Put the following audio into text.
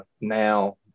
now